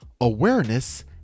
awareness